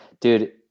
Dude